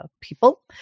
people